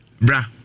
bra